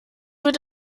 wird